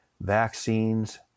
vaccines